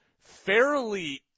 fairly